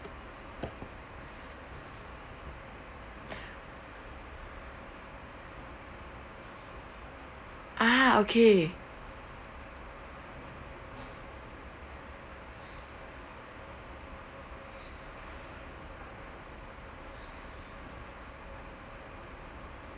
ah okay